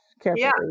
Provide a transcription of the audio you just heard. carefully